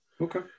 Okay